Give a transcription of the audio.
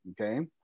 okay